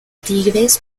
tigres